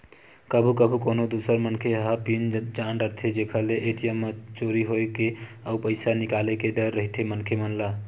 कभू कभू कोनो दूसर मनखे ह पिन जान डारथे जेखर ले ए.टी.एम चोरी होए के अउ पइसा निकाले के डर रहिथे मनखे मन ल